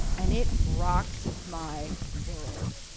and it rocked my world.